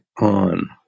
on